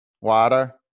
Water